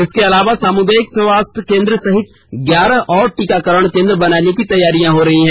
इसके अलावा समुदायिक स्वास्थ्य केंद्र सहित ग्यारह और टीकाकरण केंद्र बनाने की तैयारी हो रही है